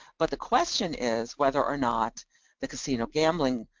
but the question is whether or not the casino gambling